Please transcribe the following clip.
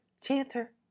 chanter